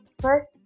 First